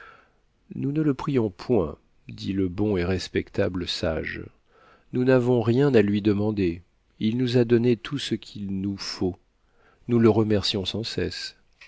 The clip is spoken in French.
nous ne le prions point dit le bon et respectable sage nous n'avons rien à lui demander il nous a donné tout ce qu'il nous faut nous le remercions sans cesse